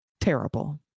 Terrible